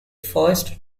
first